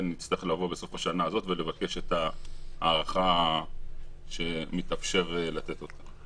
נצטרך לבוא בסוף השנה הזאת ולבקש את ההארכה שמתאפשר לתת אותה.